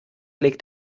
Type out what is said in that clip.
legt